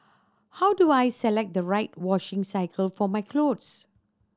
how do I select the right washing cycle for my cloth